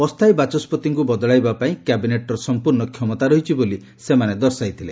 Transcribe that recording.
ଅସ୍ଥାୟୀ ବାଚସ୍ୱତିଙ୍କୁ ବଦଳାଇବା ପାଇଁ କ୍ୟାବିନେଟ୍ର ସମ୍ପୂର୍ଣ୍ଣ କ୍ଷମତା ରହିଛି ବୋଲି ସେମାନେ ଦର୍ଶାଇଥିଲେ